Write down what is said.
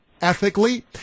ethically